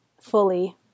fully